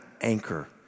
anchor